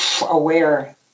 aware